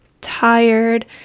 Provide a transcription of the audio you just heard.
tired